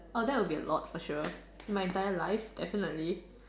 err that would be a lot for sure in my entire life definitely